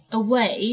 away